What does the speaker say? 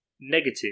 negative